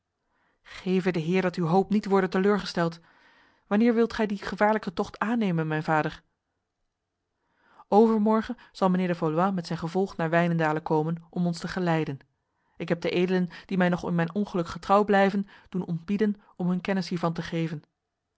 geve de heer dat uw hoop niet worde teleurgesteld wanneer wilt gij die gevaarlijke tocht aannemen mijn vader overmorgen zal mijnheer de valois met zijn gevolg naar wijnendale komen om ons te geleiden ik heb de edelen die mij nog in mijn ongeluk getrouw blijven doen ontbieden om hun kennis hiervan te geven